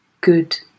good